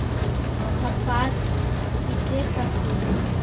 कपास किसे कहते हैं?